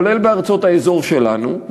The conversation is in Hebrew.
כולל בארצות האזור שלנו,